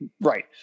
right